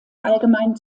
allgemein